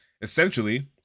essentially